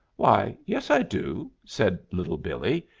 why, yes, i do, said little billee.